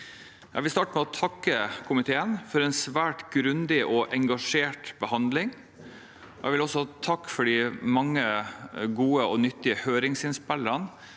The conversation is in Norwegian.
Jeg vil starte med å takke komiteen for en svært grundig og engasjert behandling. Jeg vil også takke for de mange gode og nyttige høringsinnspillene